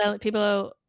people